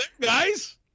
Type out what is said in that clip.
Guys